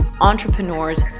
entrepreneurs